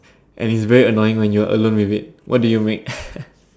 and it is very annoying when you're alone with it what do you make